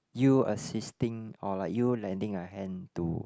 you assisting or like you lending a hand to